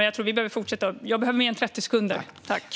Jag behöver mer än 30 sekunder för att svara på detta!